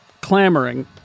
clamoring